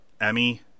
Emmy